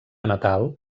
natal